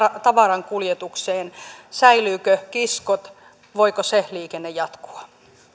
tavarankuljetukseen säilyvätkö kiskot voiko se liikenne jatkua